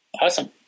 Awesome